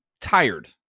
tired